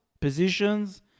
positions